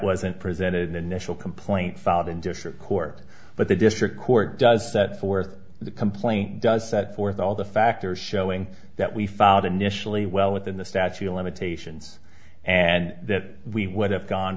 wasn't presented an initial complaint filed in district court but the district court does set forth the complaint does set forth all the factors showing that we filed initially well within the statute of limitation and that we would have gone